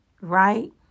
right